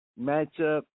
matchup